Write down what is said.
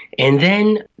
and then,